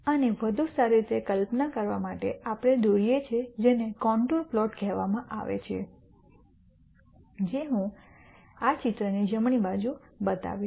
આને વધુ સારી રીતે કલ્પના કરવા માટે આપણે દોરીએ છીએ જેને કોન્ટૂર પ્લોટ કહેવામાં આવે છે જે હું આ ચિત્રની જમણી બાજુ બતાવીશ